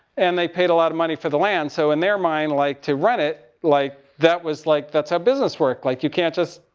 and they paid a lot of money for the land. so in their mind, like, to run it, like, that was, like, that's how business worked. like, you can't just,